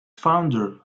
founder